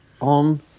on